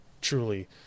truly